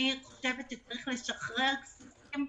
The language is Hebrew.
אני חושבת שצריך לשחרר כספים.